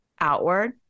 outward